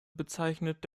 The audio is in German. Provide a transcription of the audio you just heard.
bezeichnet